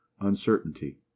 uncertainty